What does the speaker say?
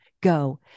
go